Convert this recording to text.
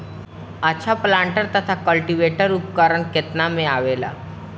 अच्छा प्लांटर तथा क्लटीवेटर उपकरण केतना में आवेला?